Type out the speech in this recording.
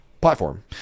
platform